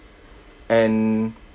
and